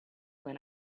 when